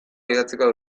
idatziko